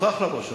מוכרח לבוא שלום.